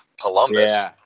Columbus